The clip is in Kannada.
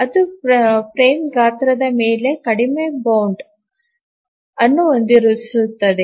ಅದು ಫ್ರೇಮ್ ಗಾತ್ರದ ಮೇಲೆ ಕಡಿಮೆ ಬೌಂಡ್ ಅನ್ನು ಹೊಂದಿಸುತ್ತದೆ